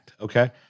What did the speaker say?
okay